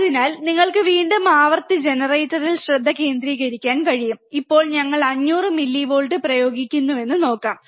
അതിനാൽ നിങ്ങൾക്ക് വീണ്ടും ആവൃത്തി ജനറേറ്റർൽ ശ്രദ്ധ കേന്ദ്രീകരിക്കാൻ കഴിയും ഇപ്പോൾ ഞങ്ങൾ 500 മില്ലിവോൾട്ടുകൾ പ്രയോഗിക്കുന്നുവെന്ന് നോക്കാം